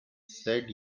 said